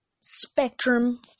spectrum